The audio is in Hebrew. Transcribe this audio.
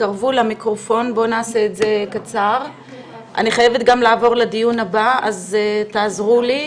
אני חייבת לעבור גם לדיון הבא, אז תעזרו לי.